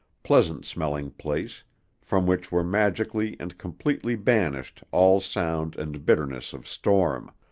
pleasant-smelling place from which were magically and completely banished all sound and bitterness of storm.